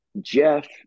Jeff